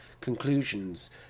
conclusions